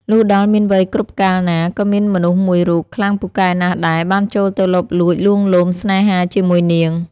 លុះដល់មានវ័យគ្រប់កាលណា ក៏មានមនុស្សមួយរូប ខ្លាំងពូកែណាស់ដែរ បានចូលទៅលបលួចលួងលោមស្នេហាជាមួយនាង។